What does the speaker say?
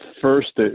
first